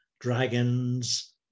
dragons